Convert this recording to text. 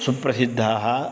सुप्रसिद्धाः